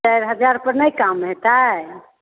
चारि हजारपर नहि काम हेतै